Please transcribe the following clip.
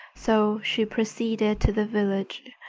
so she proceeded to the village.